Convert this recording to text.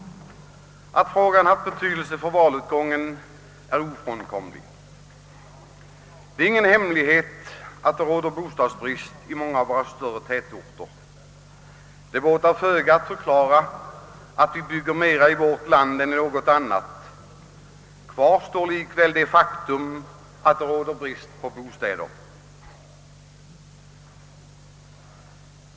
Att frågan haft betydelse för valutgången är ofrånkomligt. Det är ingen hemlighet att det råder bostadsbrist i många av våra större tätorter. Det båtar föga att förklara att vi bygger mera i vårt land än man gör i något annat land — kvar står faktum att det råder brist på bostäder.